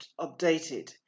updated